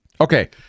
Okay